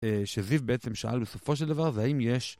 שזיו בעצם שאל בסופו של דבר, והאם יש?